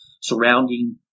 surrounding